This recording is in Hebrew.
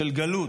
של גלות.